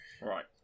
Right